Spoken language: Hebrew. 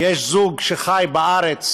יש זוג שחי בארץ,